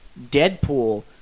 Deadpool